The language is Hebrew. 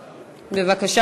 בבקשה.